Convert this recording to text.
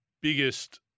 biggest